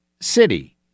city